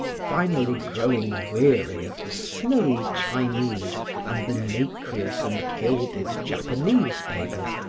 finally growing weary of the snowy chinese and the nacreous and gilded japanese papers,